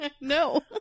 No